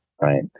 right